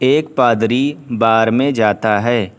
ایک پادری بار میں جاتا ہے